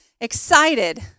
excited